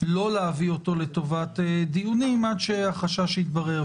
לא להביא אותו לטובת דיונים עד שהחשש יתברר.